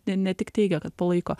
ne ne tik teigia kad palaiko